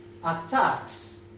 attacks